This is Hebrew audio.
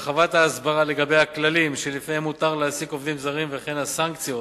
הרחבת ההסברה לגבי הכללים שלפיהם מותר להעסיק עובדים זרים וכן הסנקציות